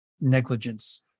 negligence